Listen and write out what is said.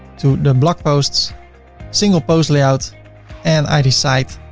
to the blog posts single post layout and i decide